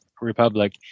republic